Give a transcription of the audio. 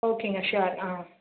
ஓகேங்க ஷோர் ஆ